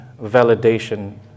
validation